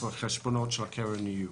שבהם החשבונות של הקרן יהיו.